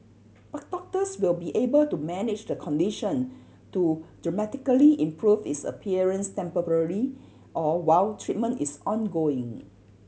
but doctors will be able to manage the condition to dramatically improve its appearance temporarily or while treatment is ongoing